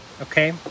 Okay